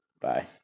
Bye